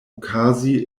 okazi